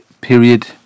period